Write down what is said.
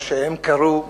מה שהם קראו